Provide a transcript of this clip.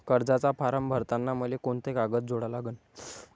कर्जाचा फारम भरताना मले कोंते कागद जोडा लागन?